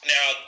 Now